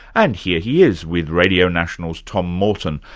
and here he is with radio national's tom morton,